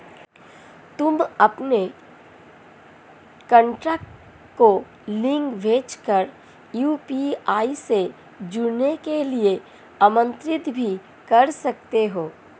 तुम अपने कॉन्टैक्ट को लिंक भेज कर यू.पी.आई से जुड़ने के लिए आमंत्रित भी कर सकते हो